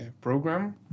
program